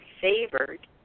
favored